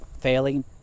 failing